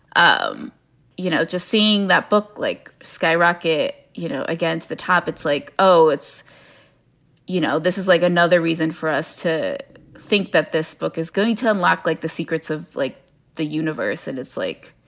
um you know, just seeing that book like skyrocket, you know, against the top. it's like, oh, it's you know, this is like another reason for us to think that this book is going to unlock, like, the secrets of the universe. and it's like,